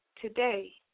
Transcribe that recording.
today